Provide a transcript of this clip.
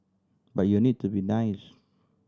but you need to be nice